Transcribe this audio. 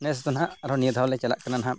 ᱱᱮᱥ ᱫᱚ ᱱᱟᱦᱟᱸᱜ ᱟᱨᱚ ᱱᱤᱭᱟᱹ ᱫᱷᱟᱣ ᱞᱮ ᱪᱟᱞᱟᱜ ᱠᱟᱱᱟ ᱱᱟᱦᱟᱸᱜ